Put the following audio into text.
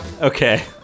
Okay